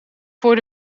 voor